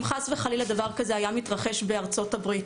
אם חס וחלילה דבר כזה היה מתרחש בארצות הברית,